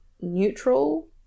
neutral